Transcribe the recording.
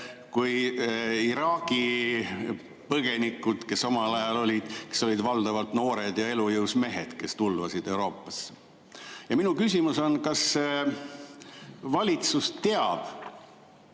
oli Iraagi põgenikega, kes olid valdavalt noored ja elujõus mehed, kes tulvasid Euroopasse. Minu küsimus on: kas valitsus teab,